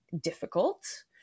difficult